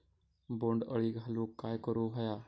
बोंड अळी घालवूक काय करू व्हया?